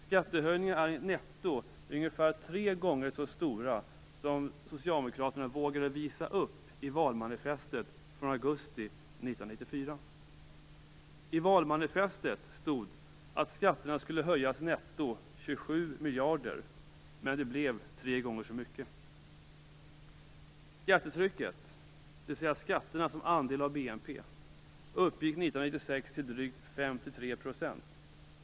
Skattehöjningarna är netto ungefär tre gånger så stora som Socialdemokraterna vågade visa upp i valmanifestet från augusti 1994. I valmanifestet stod det att skatterna skulle höjas netto med 27 miljarder, men det blev tre gånger så mycket. Skattetrycket, dvs. skatterna som andel av BNP, uppgick 1996 till drygt 53 %.